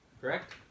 correct